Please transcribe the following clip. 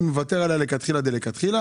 אני מוותר עליה לכתחילה דלכתחילה.